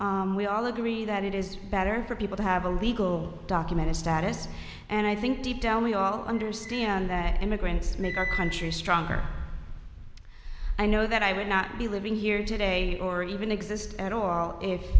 laws we all agree that it is better for people to have a legal documented status and i think deep down we all understand that immigrants make our country stronger i know that i would not be living here today or even exist at all i